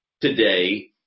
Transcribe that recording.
today